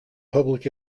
public